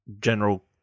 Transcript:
general